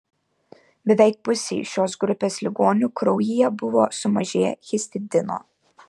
beveik pusei šios grupės ligonių kraujyje buvo sumažėję histidino